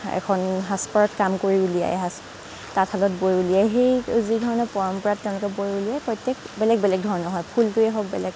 এখন সাজপাৰত কাম কৰি ওলিয়ায় তাতশালত বৈ ওলিয়ায় সেই যি ধৰণৰ পৰম্পৰাত তেওঁলোকে বৈ ওলিয়ায় প্ৰত্যেক বেলেগ বেলেগ ধৰণৰ হয় ফুলটোয়েই হওঁক বেলেগ